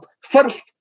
first